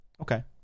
Okay